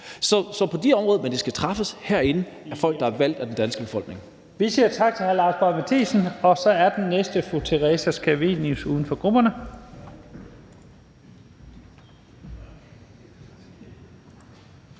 men den beslutning skal træffes herinde af folk, der er valgt af den danske befolkning.